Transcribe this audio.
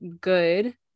good